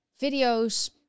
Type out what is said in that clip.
Videos